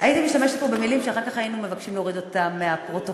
הייתי משתמשת פה במילים שאחר כך היינו מבקשים להוריד אותן מהפרוטוקול,